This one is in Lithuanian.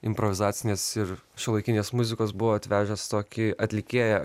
improvizacinės ir šiuolaikinės muzikos buvo atvežęs tokį atlikėją